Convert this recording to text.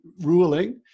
ruling